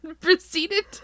proceeded